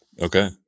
Okay